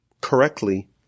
correctly